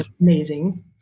amazing